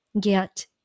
get